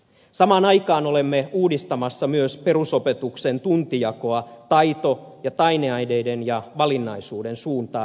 samaan aikaan olemme uudistamassa myös perusopetuksen tuntijakoa taito ja taideaineiden ja valinnaisuuden suuntaan